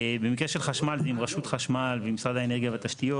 במקרה של חשמל זה עם רשות חשמל ועם משרד האנרגיה ותשתיות.